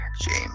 James